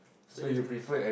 so that's not yes